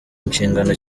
inshingano